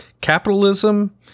capitalism